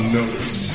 notice